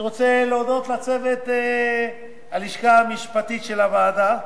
אני רוצה להודות לצוות הלשכה המשפטית של הוועדה,